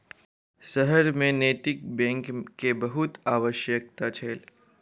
शहर में नैतिक बैंक के बहुत आवश्यकता छल